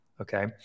okay